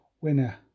winner